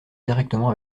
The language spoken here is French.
directement